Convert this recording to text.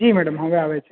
જી madam હવે આવે છે